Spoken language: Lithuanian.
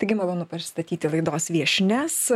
taigi malonu pristatyti laidos viešnias